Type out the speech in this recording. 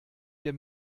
wir